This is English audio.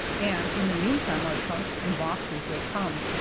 and in the meantime our trunks and boxes will come,